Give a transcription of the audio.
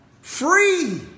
Free